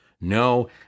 No